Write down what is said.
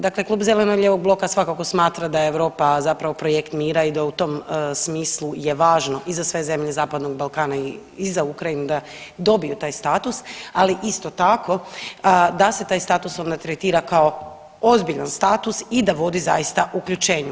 Dakle, Klub zeleno-lijevog bloka svakako smatra da je Europa zapravo projekt mira i da u tom smislu je važno i za sve zemlje Zapadnog Balkana i za Ukrajinu da dobiju taj status, ali isto tako da se taj status onda tretira kao ozbiljan status i da vodi zaista uključenju.